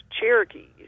Cherokees